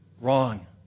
Wrong